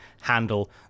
handle